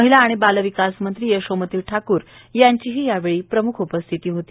महिला आणि बालविकास मंत्री यशोमती ठाकूर यांची यावेळी प्रम्ख उपस्थिती होती